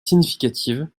significatives